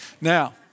Now